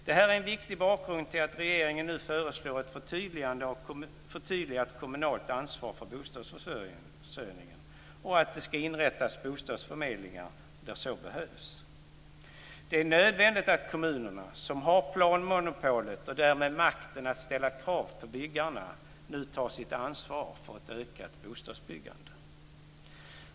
Detta är en viktig bakgrund till att regeringen nu föreslår ett förtydligat kommunalt ansvar för bostadsförsörjningen och att det ska inrättas bostadsförmedlingar där så behövs. Det är nödvändigt att kommunerna, som har planmonopolet och därmed makten att ställa krav på byggarna, nu tar sitt ansvar för ett ökat bostadsbyggande.